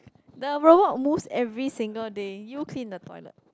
the rower move every single day you clean the toilet